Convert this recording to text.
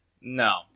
no